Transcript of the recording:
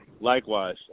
Likewise